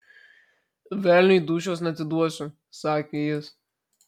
velniui dūšios neatiduosiu sakė jis